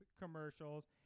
commercials